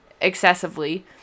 excessively